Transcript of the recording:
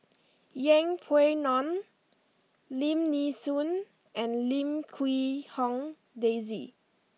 Yeng Pway Ngon Lim Nee Soon and Lim Quee Hong Daisy